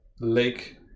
lake